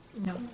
No